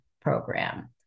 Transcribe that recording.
Program